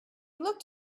looked